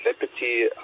liberty